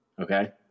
Okay